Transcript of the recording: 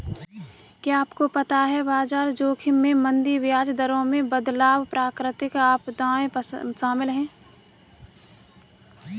क्या आपको पता है बाजार जोखिम में मंदी, ब्याज दरों में बदलाव, प्राकृतिक आपदाएं शामिल हैं?